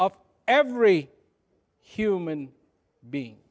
of every human being